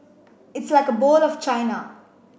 it's like a bowl of China